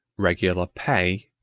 regular pay,